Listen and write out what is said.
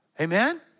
Amen